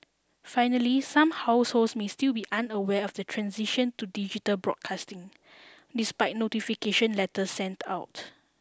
finally some households may still be unaware of the transition to digital broadcasting despite notification letter sent out